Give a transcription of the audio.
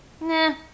Nah